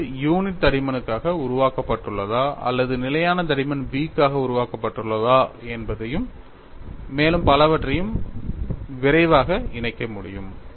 இது யூனிட் தடிமனுக்காக உருவாக்கப்பட்டுள்ளதா அல்லது நிலையான தடிமன் B க்காக உருவாக்கப்பட்டுள்ளதா என்பதையும் மேலும் பலவற்றையும் விரைவாக இணைக்க முடியும்